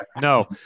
no